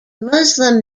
muslim